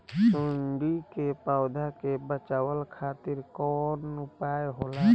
सुंडी से पौधा के बचावल खातिर कौन उपाय होला?